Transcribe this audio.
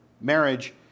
marriage